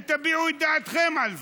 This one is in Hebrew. ותביעו את דעתכם על זה.